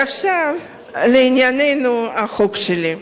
עכשיו לענייננו, החוק שלי.